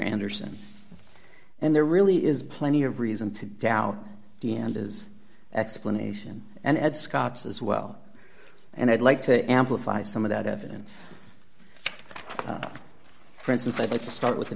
anderson and there really is plenty of reason to doubt the end is explanation and at scott's as well and i'd like to amplify some of that evidence for instance i'd like to start with